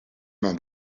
mains